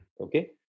okay